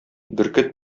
бөркет